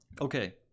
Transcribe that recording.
okay